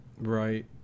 right